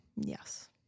Yes